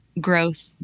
growth